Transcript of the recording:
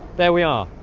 there we are